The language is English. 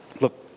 look